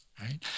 right